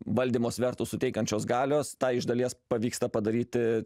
valdymo svertų suteikiančios galios tą iš dalies pavyksta padaryti